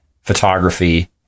photography